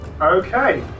Okay